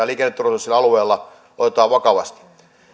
liikenneturvallisuus sillä alueella otetaan vakavasti